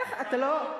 ההסתדרות ניהלה נהדר.